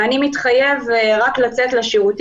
אז גם אם הוא מתחייב לצאת רק לשירותים